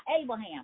Abraham